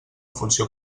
funció